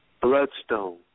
Bloodstone